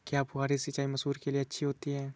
क्या फुहारी सिंचाई मसूर के लिए अच्छी होती है?